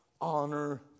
honor